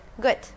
good